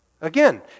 Again